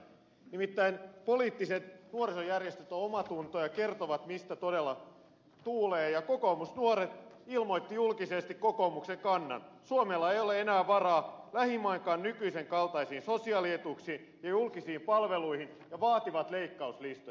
nimittäin poliittiset nuorisojärjestöt ovat omatunto ja kertovat mistä todella tuulee ja kokoomusnuoret ilmoitti julkisesti kokoomuksen kannan suomella ei ole enää varaa lähimainkaan nykyisen kaltaisiin sosiaalietuuksiin ja julkisiin palveluihin ja vaatii leikkauslistoja